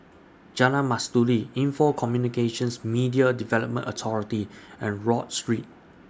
Jalan Mastuli Info Communications Media Development Authority and Rodyk Street